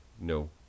no